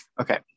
okay